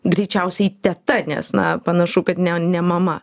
greičiausiai teta nes na panašu kad ne ne mama